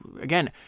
again